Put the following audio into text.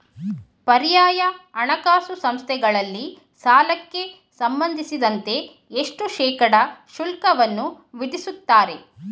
ಪರ್ಯಾಯ ಹಣಕಾಸು ಸಂಸ್ಥೆಗಳಲ್ಲಿ ಸಾಲಕ್ಕೆ ಸಂಬಂಧಿಸಿದಂತೆ ಎಷ್ಟು ಶೇಕಡಾ ಶುಲ್ಕವನ್ನು ವಿಧಿಸುತ್ತಾರೆ?